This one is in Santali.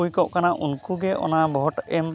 ᱦᱩᱭ ᱠᱚᱜ ᱠᱟᱱᱟ ᱩᱱᱠᱩᱜᱮ ᱚᱱᱟ ᱵᱷᱳᱴ ᱮᱢ